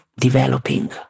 developing